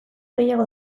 gehiago